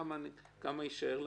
כמה יישאר לנו?